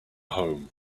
home